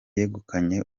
yegukanye